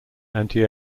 anti